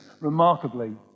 remarkably